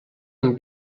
amb